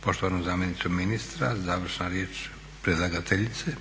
poštovanu zamjenicu ministra, završna riječ predlagateljice. **Tafra,